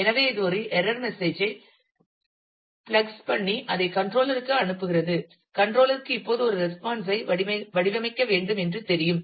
எனவே இது ஒரு எரர் மெசேஜ் ஐ பிலக்ஸ் பண்ணி அதை கண்ட்ரோலர் க்கு அனுப்புகிறது க்கு இப்போது ஒரு ரெஸ்பான்ஸ் ஐ வடிவமைக்க வேண்டும் என்று தெரியும்